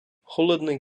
холодний